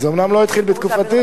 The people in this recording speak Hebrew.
זה אומנם לא התחיל בתקופתי,